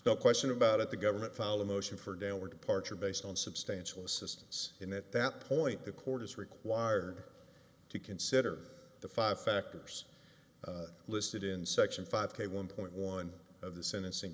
no question about it the government file a motion for downward departure based on substantial assistance and at that point the court is required to consider the five factors listed in section five k one point one of the sentencing